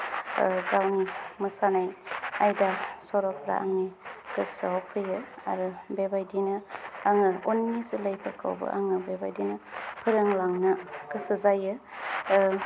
गावनि मोसानाय आयदा सर'फ्रा आंनि गोसोआव फैयो आरो बेबायदिनो आङो उननि जोलैफोरखौबो आङो बेबायदिनो फोरोंलांनो गोसो जायो